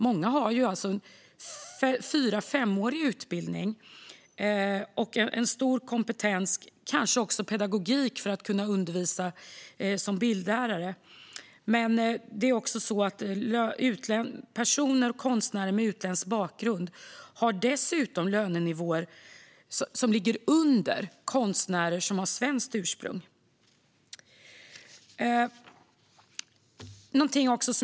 Många har en fyra till femårig utbildning och en stor kompetens, kanske också i pedagogik för att kunna undervisa som bildlärare. Konstnärer med utländsk bakgrund har dessutom lönenivåer som ligger under dem för konstnärer som har svenskt ursprung.